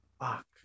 fuck